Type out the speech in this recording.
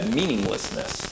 meaninglessness